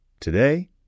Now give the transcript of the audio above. Today